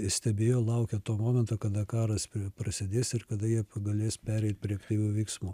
stebėjo laukė to momento kada karas prasidės ir kada jie galės pereiti prie aktyvių veiksmų